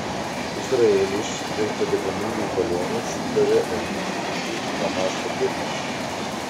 izraelis dėl padegamųjų balionų sudavė naujų smūgių hamas objektams